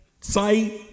Sight